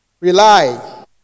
Rely